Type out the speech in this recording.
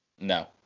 no